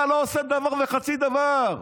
אתה לא עושה דבר וחצי דבר.